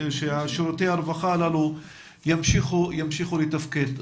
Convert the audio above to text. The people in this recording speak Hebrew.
ששירותי הרווחה הללו ימשיכו לתפקד.